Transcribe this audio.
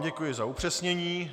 Děkuji vám za upřesnění.